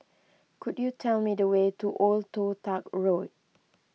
could you tell me the way to Old Toh Tuck Road